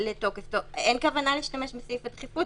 אין כוונה להשתמש בסעיף הדחיפות.